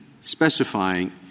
specifying